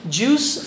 juice